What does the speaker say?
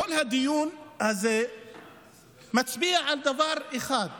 כל הדיון הזה מצביע על דבר אחד: